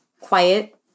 quiet